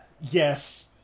yes